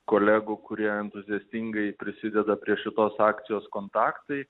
kolegų kurie entuziastingai prisideda prie šitos akcijos kontaktai